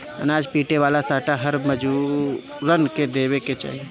अनाज पीटे वाला सांटा हर मजूरन के देवे के चाही